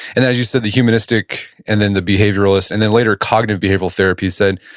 and as you said, the humanistic and then the behavioralist, and then later cognitive behavioral therapy said,